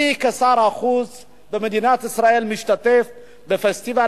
אני כשר החוץ במדינת ישראל משתתף בפסטיבל